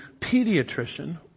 pediatrician